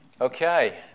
Okay